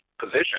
position